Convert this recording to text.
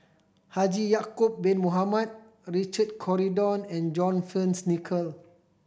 Haji Ya'acob Bin Mohamed Richard Corridon and John Fearns Nicoll